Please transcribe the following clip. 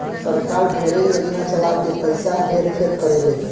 सरकार ढेरे योजना चला के पइसा हेर फेर करेले